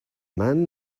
man